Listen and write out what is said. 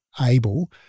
able